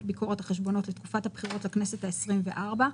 ביקורת החשבונות לתקופת הבחירות לכנסת ה-24,